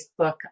Facebook